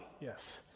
Yes